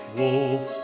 wolf